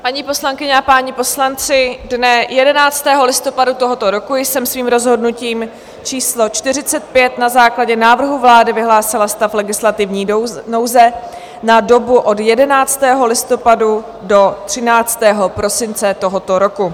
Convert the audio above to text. Paní poslankyně a páni poslanci, dne 11. listopadu tohoto roku jsem svým rozhodnutím číslo 45 na základě návrhu vlády vyhlásila stav legislativní nouze na dobu od 11. listopadu do 13. prosince tohoto roku.